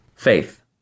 Faith